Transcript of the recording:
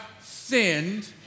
sinned